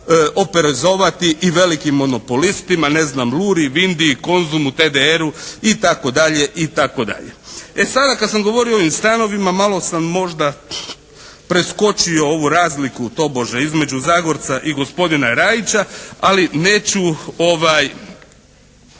oporezovati i velikim monopolistima, ne znam Luri, Vindiji, Konzumu, TDR-u itd., itd. E sada kad sam govorio o ovim stanovima malo sam možda preskočio ovu razliku, tobože, između Zagorca i gospodina Rajića, ali neću